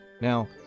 Now